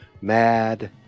Mad